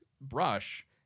brush